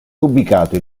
ubicato